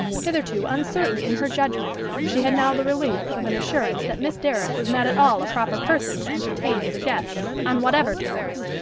hitherto uncertain in her judgment, she had now the relief of an assurance that miss derrick was not at all a proper person to entertain as a guest, on whatever terms.